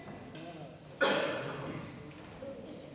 Tak